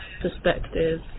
perspective